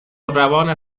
روان